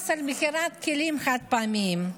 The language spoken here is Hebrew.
מס על מכירת כלים חד-פעמיים,